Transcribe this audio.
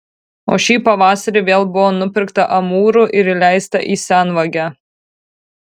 o šį pavasarį vėl buvo nupirkta amūrų ir įleista į senvagę